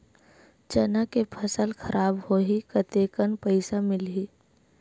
चना के फसल खराब होही कतेकन पईसा मिलही?